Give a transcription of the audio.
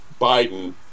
Biden